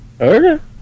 Okay